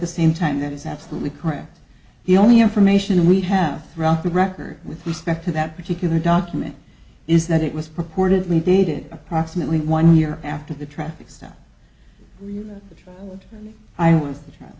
the same time that is absolutely correct the only information we have throughout the record with respect to that particular document is that it was purportedly dated approximately one year after the traffic stop i